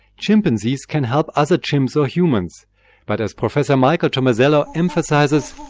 chimpanzees can help other chimps or humans but as professor michael tomasello emphasises,